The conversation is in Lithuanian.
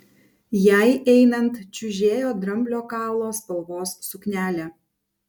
jai einant čiužėjo dramblio kaulo spalvos suknelė